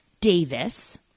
Davis